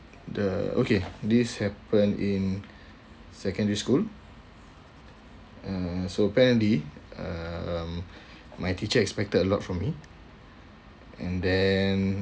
the okay this happened in secondary school uh so apparently um my teacher expected a lot from me and then